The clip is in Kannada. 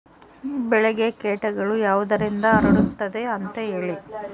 ಬೆಳೆಗೆ ಕೇಟಗಳು ಯಾವುದರಿಂದ ಹರಡುತ್ತದೆ ಅಂತಾ ಹೇಳಿ?